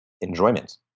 enjoyment